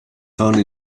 only